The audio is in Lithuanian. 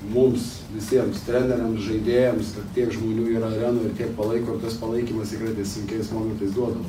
mums visiems treneriam žaidėjams tiek žmonių yra arenoj ir tiek palaiko ir tas palaikymas tikrai tais sunkiais momentais duoda